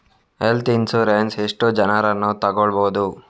Health insurance ಎಷ್ಟು ಜನರನ್ನು ತಗೊಳ್ಬಹುದು?